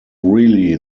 really